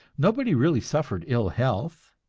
nobody really suffered ill health,